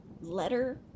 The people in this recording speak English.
letter